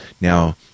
Now